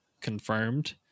confirmed